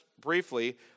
briefly